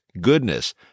goodness